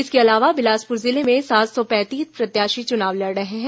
इसके अलावा बिलासपुर जिले में सात सौ पैंतीस प्रत्याशी चुनाव लड़ रहे हैं